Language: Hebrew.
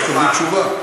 ראוי שתקבלי תשובה,